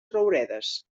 rouredes